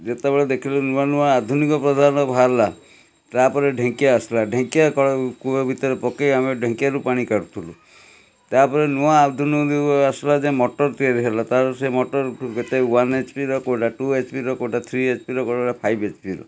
ଯେତେବେଳେ ଦେଖିଲୁ ନୂଆ ନୂଆ ଆଧୁନିକ ପଦାର୍ଥ ବାହାରିଲା ତା'ପରେ ଢିଙ୍କିଆ ଆସିଲା ଢିଙ୍କିଆ କୂଅ ଭିତରେ ପକେଇ ଆମେ ଢିଙ୍କିଆରୁ ପାଣି କାଢ଼ୁଥିଲୁ ତା'ପରେ ନୂଆ ଆଧୁନିକ ଯୁଗ ଆସିଲା ଯେ ମୋଟରଟିଏ ହେଲା ତା'ପରେ ସେ ମଟର କେତେ ୱାନ୍ ଏଚପି୍ର କେଉଁଟା ଟୁ ଏଚପି୍ର କେଉଁଟା ଥ୍ରୀ ଏଚପି୍ର କେଉଁଟା କେଉଁଟା ଫାଇଭ୍ ଏଚପି୍ର